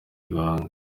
ibanga